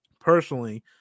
personally